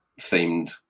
themed